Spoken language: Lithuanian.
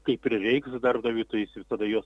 kai prireiks darbdaviui tai jis ir tada juos